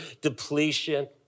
depletion